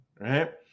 Right